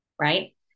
right